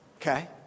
Okay